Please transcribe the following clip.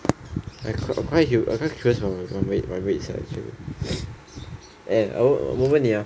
I quite I quite curious about my weight my weight sia actually and err 我问你 ah